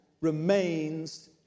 remains